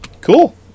Cool